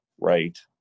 right